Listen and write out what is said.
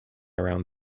around